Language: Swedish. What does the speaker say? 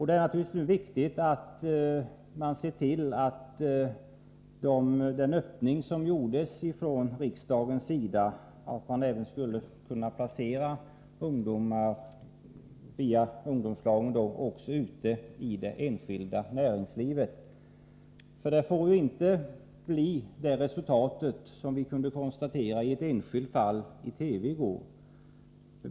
Det är naturligtvis nu viktigt att se till att den öppning som gjordes från riksdagens sida och som gick ut på att man även skulle kunna placera ungdomar i ungdomslag i det enskilda näringslivet förverkligas. Resultet får inte bli sådant som i det enskilda fall vi kunde ta del av i TV i går kväll.